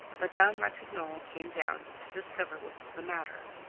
madame ratignolle came down to discover what was the matter.